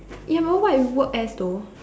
ya but what you work as though